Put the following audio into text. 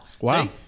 Wow